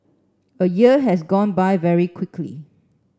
a year has gone by very quickly